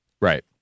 Right